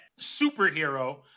superhero